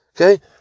Okay